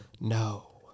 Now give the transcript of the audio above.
No